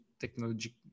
technology